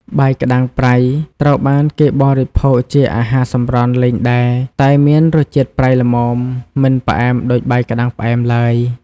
បាយក្ដាំងប្រៃត្រូវបានគេបរិភោគជាអាហារសម្រន់លេងដែរ តែមានរសជាតិប្រៃល្មម មិនផ្អែមដូចបាយក្ដាំងផ្អែមឡើយ។